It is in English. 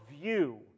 view